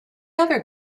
other